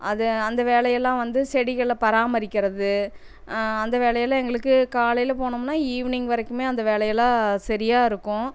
அது அந்த வேலையெல்லாம் வந்து செடிகளை பராமரிக்கிறது அந்த வேலையெல்லாம் எங்களுக்கு காலையில் போனமுன்னால் ஈவினிங் வரைக்குமே அந்த வேலையெல்லாம் சரியாக இருக்கும்